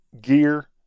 gear